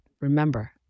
Remember